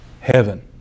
heaven